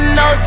no